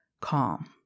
calm